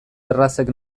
errazek